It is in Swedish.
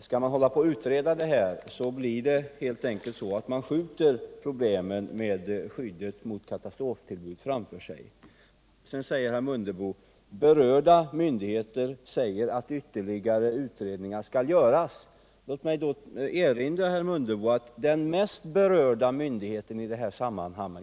Skall man fortsätta att utreda detta, blir det helt enkelt så att man skjuter problemen med skyddet mot katastroftillbud framför sig. .Herr Mundebo pekar vidare på att berörda myndigheter säger att ytterligare utredningar skall göras. Låt mig erinra herr Mundebo om att den mest berörda myndigheten i detta sammanhang,